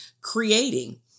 Creating